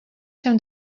się